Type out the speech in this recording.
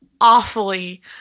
awfully